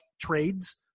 trades